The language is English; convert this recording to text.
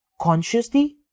consciously